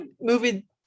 movie